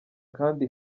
kandi